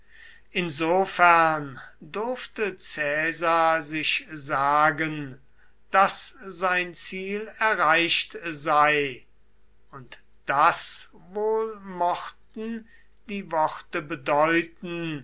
insofern durfte caesar sich sagen daß sein ziel erreicht sei und das wohl mochten die worte bedeuten